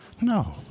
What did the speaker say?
No